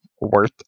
worth